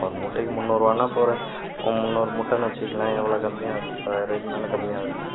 ஒரு மூட்டைக்கு முன்னூறுபானா இப்போ ஒரு முன்னூறு மூட்டைனு வச்சிக்கொங்களேன் எவ்வளோ கம்மியாகுது முப்பதாயிரபாய்க்கு மேல் கம்மியாகுதுல